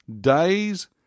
days